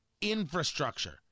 infrastructure